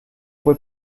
fue